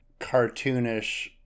cartoonish